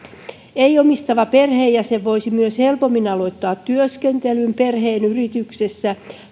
ei omistava perheenjäsen voisi helpommin myös aloittaa työskentelyn perheen yrityksessä